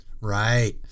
Right